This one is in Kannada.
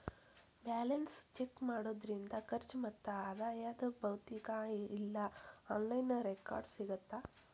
ಬ್ಯಾಲೆನ್ಸ್ ಚೆಕ್ ಮಾಡೋದ್ರಿಂದ ಖರ್ಚು ಮತ್ತ ಆದಾಯದ್ ಭೌತಿಕ ಇಲ್ಲಾ ಆನ್ಲೈನ್ ರೆಕಾರ್ಡ್ಸ್ ಸಿಗತ್ತಾ